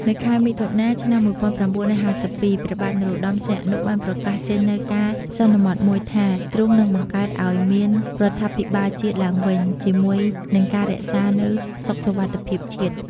នៅខែមិថុនា ឆ្នាំ ១៩៥២ ព្រះបាទនរោត្តមសីហនុ បានប្រកាសចេញនូវការសន្មត់មួយថា ទ្រង់និងបង្កើតឱ្យមានរដ្ឋាភិបាលជាតិឡើងវិញ ជាមួយនិងការរក្សានៅសុខសុវត្ថិភាពជាតិ ។